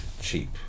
cheap